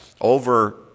Over